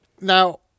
Now